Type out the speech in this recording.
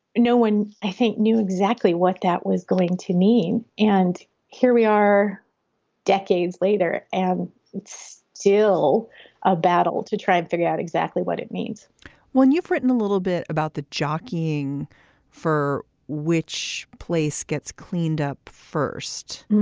no one, i think, knew exactly what that was going to mean and here we are decades later, and it's still a battle to try and figure out exactly what it means when you've written a little bit about the jockeying for which place gets cleaned up first,